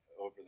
over